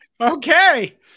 Okay